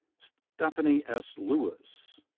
stephanie s. lewis.